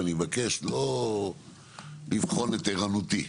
ואני מבקש לא לבחון את ערנותי.